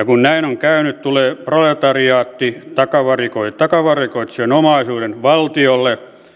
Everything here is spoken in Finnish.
kun näin on käynyt tulee proletariaatti takavarikoi takavarikoi omaisuuden valtiolle